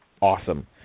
awesome